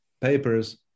papers